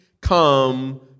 come